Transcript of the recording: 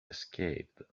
escaped